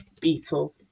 beetle